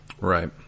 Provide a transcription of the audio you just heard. right